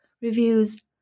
reviews